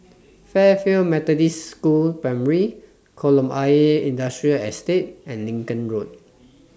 Fairfield Methodist School Primary Kolam Ayer Industrial Estate and Lincoln Road